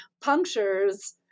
punctures